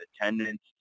attendance